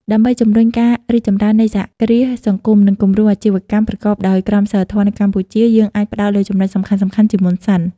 ដើម្បីជំរុញការរីកចម្រើននៃសហគ្រាសសង្គម និងគំរូអាជីវកម្មប្រកបដោយក្រមសីលធម៌នៅកម្ពុជា យើងអាចផ្តោតលើចំណុចសំខាន់ៗជាមុនសិន ។